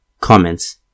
Comments